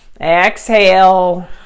Exhale